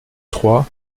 trois